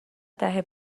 دهه